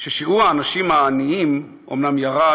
ששיעור האנשים העניים אומנם ירד,